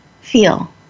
feel